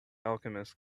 alchemist